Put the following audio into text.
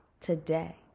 today